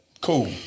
Cool